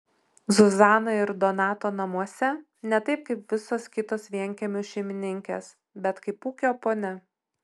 zuzana ir donato namuose ne taip kaip visos kitos vienkiemių šeimininkės bet kaip ūkio ponia